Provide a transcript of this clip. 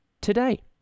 today